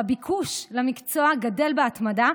והביקוש למקצוע גדל בהתמדה,